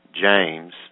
James